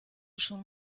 schon